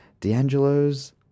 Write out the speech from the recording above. D'Angelo's